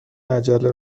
مجله